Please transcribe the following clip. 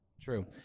True